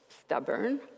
stubborn